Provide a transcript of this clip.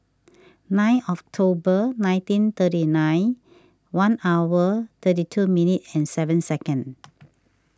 nine October nineteen thirty nine one hour thirty two minute and seven second